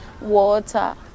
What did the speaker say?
water